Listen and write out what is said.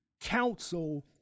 council